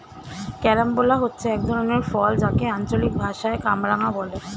carambola হচ্ছে এক ধরনের ফল যাকে আঞ্চলিক ভাষায় কামরাঙা বলে